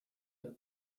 que